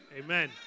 Amen